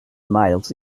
miles